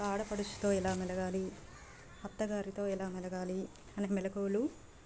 ఆడపడుచుతో ఎలా మెలగాలి అత్తగారితో ఎలా మెలగాలి అనే మెళకువలు